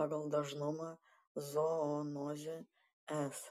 pagal dažnumą zoonozė es